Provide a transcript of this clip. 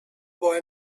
boy